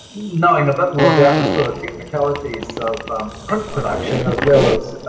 knowing a bit more about the sort of technicalities of print production as well as